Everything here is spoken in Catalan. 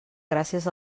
gràcies